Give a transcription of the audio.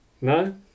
No